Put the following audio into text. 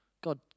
God